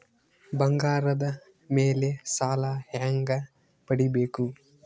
ಬಂಗಾರದ ಮೇಲೆ ಸಾಲ ಹೆಂಗ ಪಡಿಬೇಕು?